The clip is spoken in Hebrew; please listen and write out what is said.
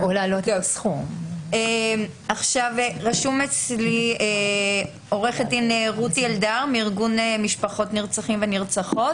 רשומה אצלי עו"ד רותי אלדר מארגון משפחות נרצחים ונרצחות,